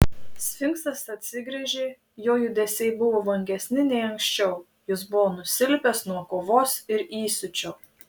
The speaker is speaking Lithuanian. sfinksas atsigręžė jo judesiai buvo vangesni nei anksčiau jis buvo nusilpęs nuo kovos ir įsiūčio